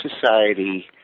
society